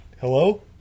Hello